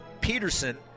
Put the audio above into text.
Peterson